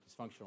dysfunctional